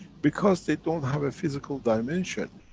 because they don't have a physical dimension,